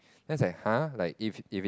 then I was like !huh! like if if it